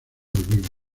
vivos